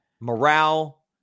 morale